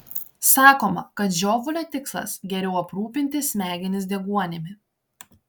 sakoma kad žiovulio tikslas geriau aprūpinti smegenis deguonimi